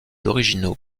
originaux